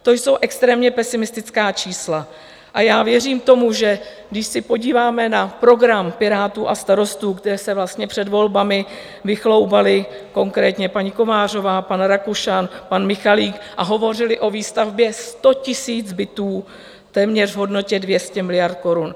To jsou extrémně pesimistická čísla a já věřím tomu, že když se podíváme na program Pirátů a Starostů, kteří se vlastně před volbami vychloubali, konkrétně paní Kovářová, pan Rakušan, pan Michalik, a hovořili o výstavbě 100 000 bytů téměř v hodnotě 200 miliard korun.